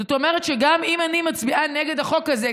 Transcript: זאת אומרת שגם אם אני מצביעה נגד החוק הזה,